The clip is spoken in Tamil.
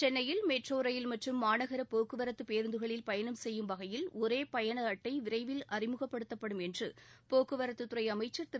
சென்னையில் மெட்ரோ ரயில் மற்றும் மாநகர போக்குவரத்து பேருந்துகளில் பயணம் செய்யும் வகையில் ஒரே பயண அட்டை விரைவில் அறிமுகப்படுத்தப்படும் என்று போக்குவரத்து அமைச்சர் திரு